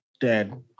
Dead